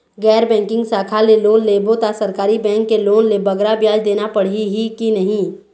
गैर बैंकिंग शाखा ले लोन लेबो ता सरकारी बैंक के लोन ले बगरा ब्याज देना पड़ही ही कि नहीं?